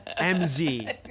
MZ